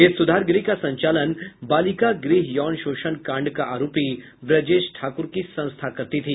इस सुधार गृह का संचालन बालिका गृह यौन शोषण कांड का आरोपी ब्रजेश ठाकूर की संस्था करती थी